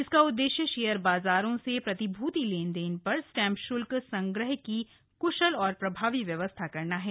इसका उद्देश्य शेयर बाजारों से प्रतिभूति लेन देन पर स्टैम्प शुल्क संग्रह की क्शल और प्रभावी व्यवस्था करना है